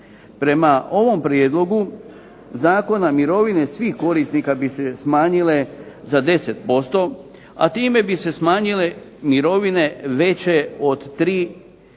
Prema ovom prijedlogu zakona mirovine svih korisnika bi se smanjile za 10%, a time bi se smanjile mirovine veće od 3500